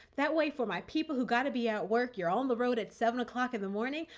that way for my people who gotta be at work, you're on the road at seven o'clock in the morning,